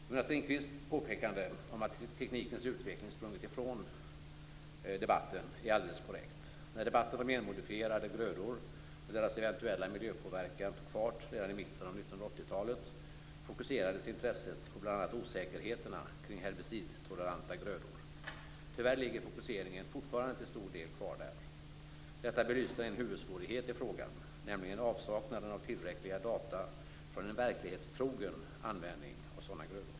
Jonas Ringqvists påpekande om att teknikens utveckling sprungit ifrån debatten är alldeles korrekt. När debatten om genmodifierade grödor och deras eventuella miljöpåverkan tog fart redan i mitten av 1980-talet fokuserades intresset på bl.a. osäkerheterna kring herbicidtoleranta grödor. Tyvärr ligger fokuseringen fortfarande till stor del kvar där. Detta belyser en huvudsvårighet i frågan, nämligen avsaknaden av tillräckliga data från en verklighetstrogen användning av sådana grödor.